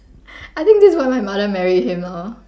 I think this is why my mother married him lor